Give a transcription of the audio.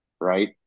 Right